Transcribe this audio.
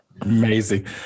amazing